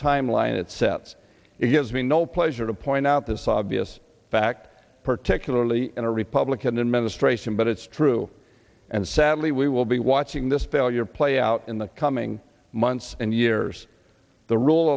timeline it cept it gives me no pleasure to point out this obvious fact particularly in a republican administration but it's true and sadly we will be watching this failure play out in the coming months and years the role